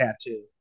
tattoo